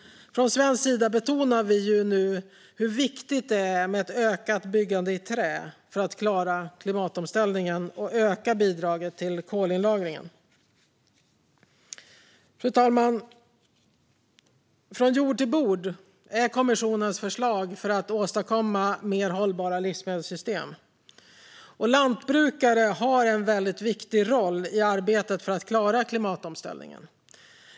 Från svensk sida betonar vi hur viktigt ett ökat byggande i trä är för att klara klimatomställningen och öka bidraget till kolinlagringen. Fru talman! Från jord till bord är kommissionens förslag för att åstadkomma mer hållbara livsmedelssystem. Lantbrukare har en viktig roll i arbetet för att klara klimatomställningen.